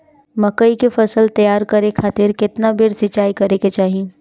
मकई के फसल तैयार करे खातीर केतना बेर सिचाई करे के चाही?